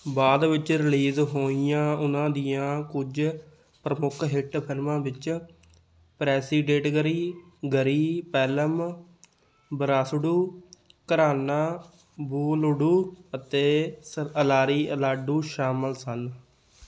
ਬਾਅਦ ਵਿੱਚ ਰਿਲੀਜ਼ ਹੋਈਆਂ ਉਨ੍ਹਾਂ ਦੀਆਂ ਕੁਝ ਪ੍ਰਮੁੱਖ ਹਿੱਟ ਫਿਲਮਾਂ ਵਿੱਚ ਪ੍ਰੈਸੀਡੇਂਟਗਰੀ ਗਰੀ ਪੈਲਮ ਵਰਾਸੁਡੂ ਘਰਾਨਾ ਬੁਲੁਡੂ ਅਤੇ ਅਲਾਰੀ ਅਲਾਡੂ ਸ਼ਾਮਲ ਸਨ